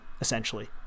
essentially